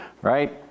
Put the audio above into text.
right